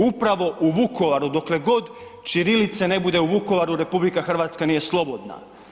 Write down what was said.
Upravo u Vukovaru dokle god ćirilice ne bude u Vukovaru RH nije slobodna.